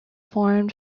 formed